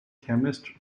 chemist